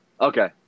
Okay